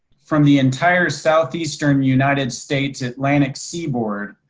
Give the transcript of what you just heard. from the entire southeastern united states atlantic seaboard,